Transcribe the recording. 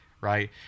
right